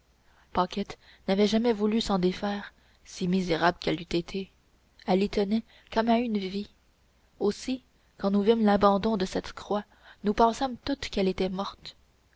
paquette n'avait jamais voulu s'en défaire si misérable qu'elle eût été elle y tenait comme à la vie aussi quand nous vîmes l'abandon de cette croix nous pensâmes toutes qu'elle était morte